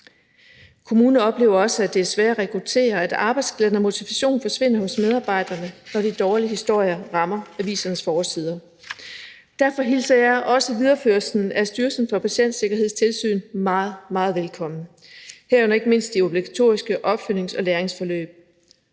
Kommuner oplever også, at det er sværere at rekruttere, og at arbejdsglæden og motivationen forsvinder hos medarbejderne, når de dårlige historier rammer avisernes forsider. Derfor hilser jeg også videreførelsen af Styrelsen for Patientsikkerheds tilsyn meget, meget velkommen, herunder ikke mindst de obligatoriske opfølgnings- og læringsforløb.